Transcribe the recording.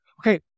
Okay